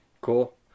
Cool